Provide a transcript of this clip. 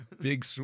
Big